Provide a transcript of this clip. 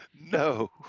No